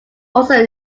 also